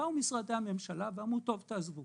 באו משרדי הממשלה ואמרו טוב, תעזבו.